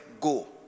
go